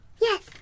Yes